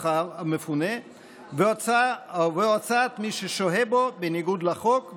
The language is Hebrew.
המפונה והוצאת מי ששוהה בו בניגוד לחוק,